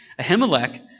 Ahimelech